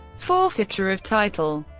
forfeiture of title